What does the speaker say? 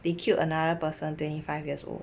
they kill another person twenty five years old